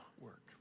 work